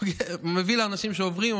מביא לאנשים שעוברים.